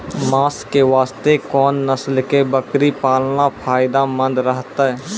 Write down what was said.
मांस के वास्ते कोंन नस्ल के बकरी पालना फायदे मंद रहतै?